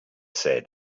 said